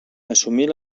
assumir